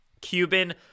Cuban